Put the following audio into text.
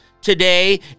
today